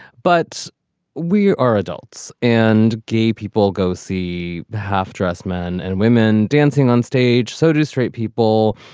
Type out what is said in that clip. but we are adults and gay people go see half dressed men and women dancing onstage. so do straight people.